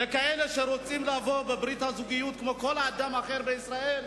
ולאלה שרוצים לבוא בברית הזוגיות כמו כל אדם אחר בישראל,